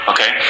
Okay